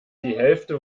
hälfte